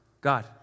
God